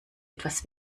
etwas